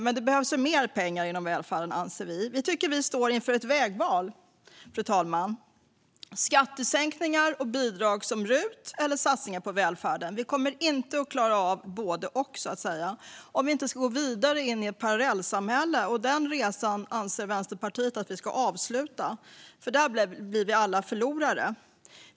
Men det behövs mer pengar till välfärden. Fru talman! Vi står inför ett vägval. Ska det vara skattesänkningar och bidrag som RUT eller satsningar på välfärden? Vi kommer inte att klara av att ha både och, om vi inte ska gå vidare in i ett parallellsamhälle. Den resan anser Vänsterpartiet att vi ska avsluta. Där blir nämligen alla förlorare.